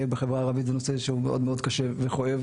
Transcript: ובחברה הערבית זה נושא שהוא מאוד מאוד קשה וכואב,